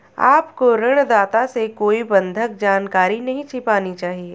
आपको ऋणदाता से कोई बंधक जानकारी नहीं छिपानी चाहिए